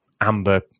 Amber